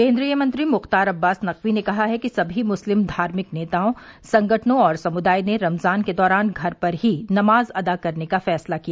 केंद्रीय मंत्री मुख्तार अब्बास नकवी ने कहा है कि सभी मुस्लिम धार्मिक नेताओं संगठनों और समुदाय ने रमजान के दौरान घर पर ही नमाज अदा करने का फैसला किया